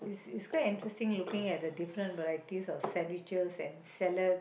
it's quite interesting looking at the different varieties of sandwiches and salads